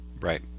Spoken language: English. right